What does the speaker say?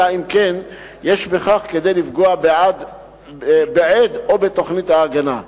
אלא אם כן יש בכך כדי לפגוע בעד או בתוכנית ההגנה.